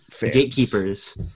gatekeepers